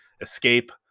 escape